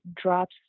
drops